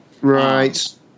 Right